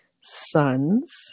Sons*